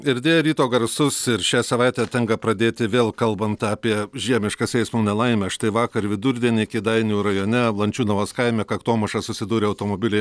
ir deja ryto garsus ir šią savaitę tenka pradėti vėl kalbant apie žiemiškas eismo nelaimes štai vakar vidurdienį kėdainių rajone lančiūnavos kaime kaktomuša susidūrė automobiliai